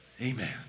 Amen